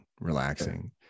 relaxing